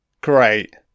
Great